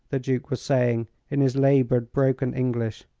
the duke was saying, in his labored, broken english,